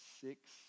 six